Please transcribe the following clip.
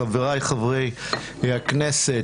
חבריי חברי הכנסת,